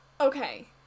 okay